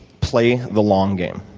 play the long game,